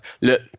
look